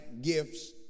gifts